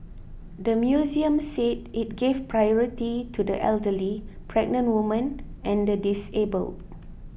the museum said it gave priority to the elderly pregnant women and the disabled